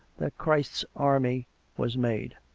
that christ's army was made.